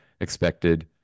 expected